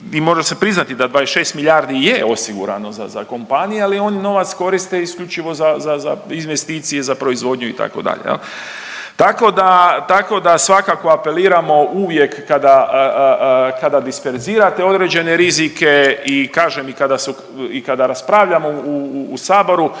i mora se priznati da 26 milijardi je osigurano za, za kompanije, ali oni novac koriste isključivo za, za, za investicije, za proizvodnju itd. jel. Tako da, tako da svakako apeliramo uvijek kada, kada disperzirate određene rizike i kažem i kada su i kada raspravljamo u saboru,